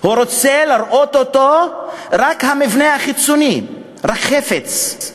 הוא רוצה לראות בו רק את המבנה החיצוני, רק חפץ.